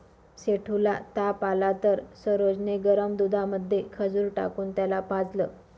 सेठू ला ताप आला तर सरोज ने गरम दुधामध्ये खजूर टाकून त्याला पाजलं